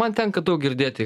man tenka daug girdėti